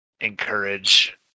encourage